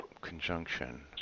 conjunction